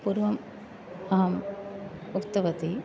पूर्वम् अहम् उक्तवती